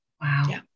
Wow